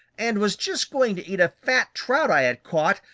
and was just going to eat a fat trout i had caught,